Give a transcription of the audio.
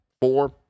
four